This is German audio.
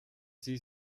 sie